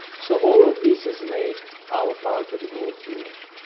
so all of this has made our part of the world unique.